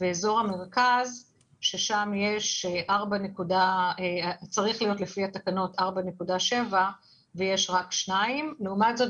ואזור המרכז שם צריך להיות 4.7 ויש רק 2. לעומת זאת